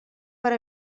per